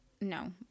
no